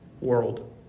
world